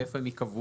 ואיפה הם ייקבעו.